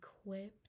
equipped